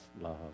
love